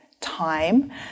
time